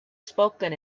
spoken